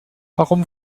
warum